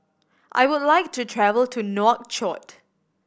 I would like to travel to Nouakchott